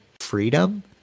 freedom